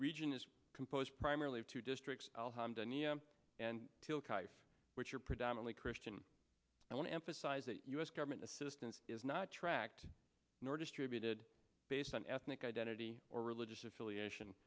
region is composed primarily of two districts and which are predominantly christian i want to emphasize that us government assistance is not tracked nor distributed based on ethnic identity or religious affiliation